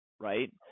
right